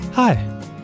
Hi